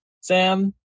Sam